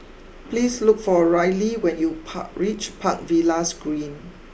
please look for Ryley when you Park reach Park Villas Green